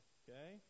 okay